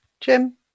Jim